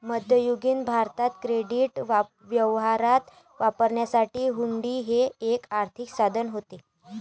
मध्ययुगीन भारतात क्रेडिट व्यवहारात वापरण्यासाठी हुंडी हे एक आर्थिक साधन होते